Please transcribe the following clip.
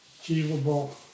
achievable